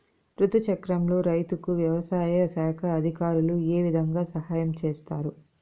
రుతు చక్రంలో రైతుకు వ్యవసాయ శాఖ అధికారులు ఏ విధంగా సహాయం చేస్తారు?